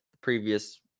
previous